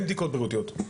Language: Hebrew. אין בדיקות בריאותיות.